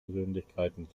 persönlichkeiten